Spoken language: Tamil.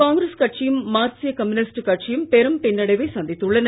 காங்கிரஸ்கட்சியும்மார்க்சியகம்யூனிஸ்ட்கட்சியும்பெரும்பின்னடைவைசந் தித்துள்ளன